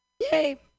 Yay